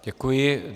Děkuji.